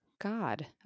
god